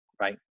right